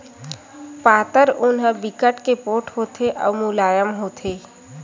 पातर ऊन ह बिकट के पोठ होथे अउ मुलायम होथे